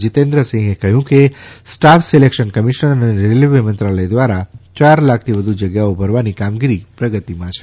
જીતેન્દ્ર સિંઘે કહ્યું કે સ્ટાફ સિલેકશન કમિશન અને રેલવેમંત્રાલય દ્વારા યાર લાખથી વધુ જગ્યાઓ ભરવાની કામગીરી પ્રગતિમાં છે